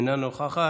אינה נוכחת,